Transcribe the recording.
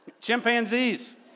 chimpanzees